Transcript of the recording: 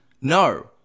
no